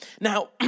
Now